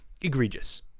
egregious